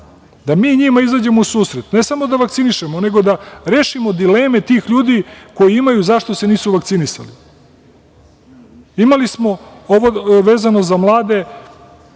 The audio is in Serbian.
da mi njima izađemo u susret, ne samo da vakcinišemo, nego da rešimo dileme tih ljudi koji imaju zašto se nisu vakcinisali. Imali smo vezano za mlade,